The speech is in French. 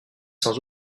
sans